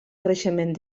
creixement